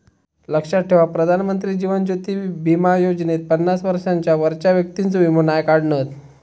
लक्षात ठेवा प्रधानमंत्री जीवन ज्योति बीमा योजनेत पन्नास वर्षांच्या वरच्या व्यक्तिंचो वीमो नाय काढणत